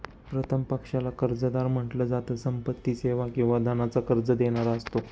प्रथम पक्षाला कर्जदार म्हंटल जात, संपत्ती, सेवा किंवा धनाच कर्ज देणारा असतो